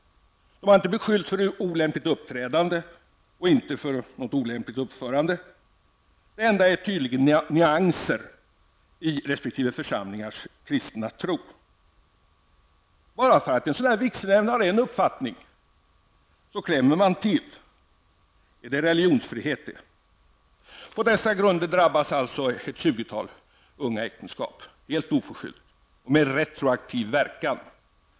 De har inte beskyllts för olämpligt uppträdande. Det enda det handlar om är tydligen nyanser i resp. församlings kristna tro. Bara för att en sådan här vigselnämnd har en uppfattning klämmer man till. Är det religionsfrihet? På dessa grunder drabbas alltså ett tjugotal unga äktenskap helt oförskyllt och med retroaktiv verkan.